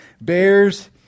bears